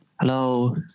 Hello